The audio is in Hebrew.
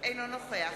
אינו נוכח